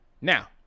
now